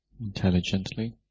intelligently